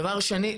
דבר שני,